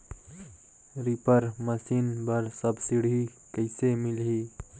Reaper machine बर subsidy कइसे मिलही?